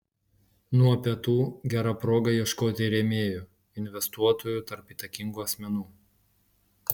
nuo pietų gera proga ieškoti rėmėjų investuotojų tarp įtakingų asmenų